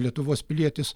lietuvos pilietis